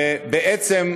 בעצם,